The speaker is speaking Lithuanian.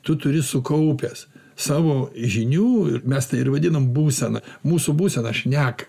tu turi sukaupęs savo žinių ir mes tai ir vadinam būsena mūsų būseną šneka